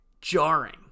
jarring